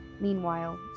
Meanwhile